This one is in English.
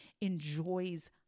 enjoys